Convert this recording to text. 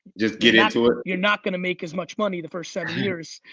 just get into it? you're not gonna make as much money the first seven years,